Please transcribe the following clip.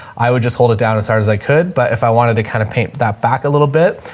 i would just hold it down as hard as i could. but if i wanted to kind of paint that back a little bit,